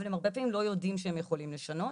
אבל הרבה פעמים לא יודעים שהם יכולים לשנות.